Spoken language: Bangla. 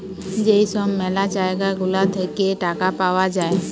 যেই সব ম্যালা জায়গা গুলা থাকে টাকা পাওয়া যায়